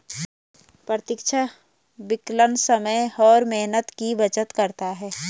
प्रत्यक्ष विकलन समय और मेहनत की बचत करता है